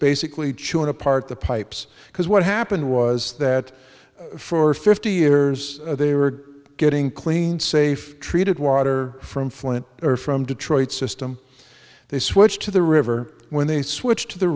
basically chewing apart the pipes because what happened was that for fifty years they were getting clean safe treated water from flint or from detroit system they switched to the river when they switched to the